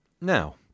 Now